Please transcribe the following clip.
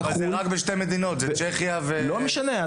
לא משנה.